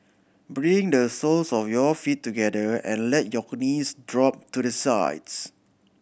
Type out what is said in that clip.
bring the soles of your feet together and let your knees drop to the sides